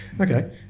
Okay